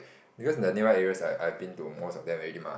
because the nearby areas I I have been to most of them already mah